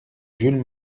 jules